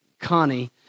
Connie